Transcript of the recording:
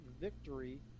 victory